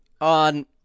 on